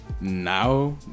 now